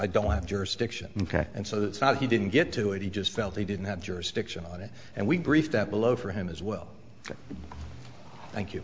i don't have jurisdiction and so that's not he didn't get to it he just felt they didn't have jurisdiction on it and we brief that below for him as well thank you